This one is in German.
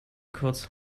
kurz